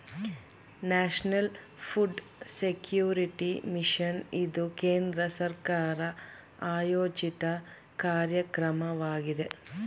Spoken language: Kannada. ನ್ಯಾಷನಲ್ ಫುಡ್ ಸೆಕ್ಯೂರಿಟಿ ಮಿಷನ್ ಇದು ಕೇಂದ್ರ ಸರ್ಕಾರ ಆಯೋಜಿತ ಕಾರ್ಯಕ್ರಮವಾಗಿದೆ